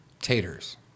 Taters